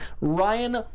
Ryan